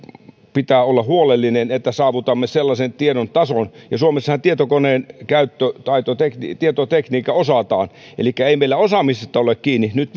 pitää olla huolellinen että saavutamme sellaisen tiedon tason ja suomessahan tietokoneen käyttötaito ja tietotekniikka osataan elikkä ei se meillä osaamisesta ole kiinni nyt